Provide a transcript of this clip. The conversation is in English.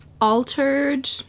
altered